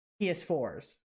ps4s